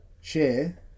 share